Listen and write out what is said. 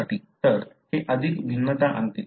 तर हे अधिक भिन्नता आणते